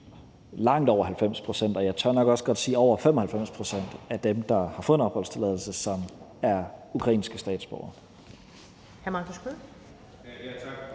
langt over 90 pct., og jeg tør nok også godt sige over 95 pct. af dem, der har fået en opholdstilladelse, som er ukrainske statsborgere.